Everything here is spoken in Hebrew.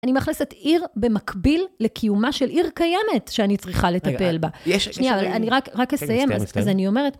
אני מאכלסת עיר במקביל לקיומה של עיר קיימת שאני צריכה לטפל בה. שנייה, אני רק אסיים, אז אני אומרת...